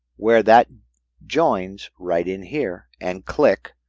where that joins, right in here, and click.